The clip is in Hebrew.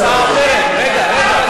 הצעה אחרת, רגע.